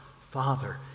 Father